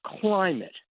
climate